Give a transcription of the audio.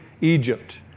Egypt